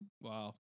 Wow